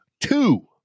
two